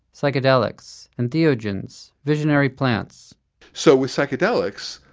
psychedelics, entheogens, visionary plants so with psychedelics,